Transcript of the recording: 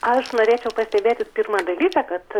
aš norėčiau pastebėti pirmą dalyką kad